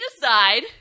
decide